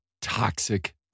toxic